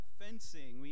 fencing